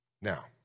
Now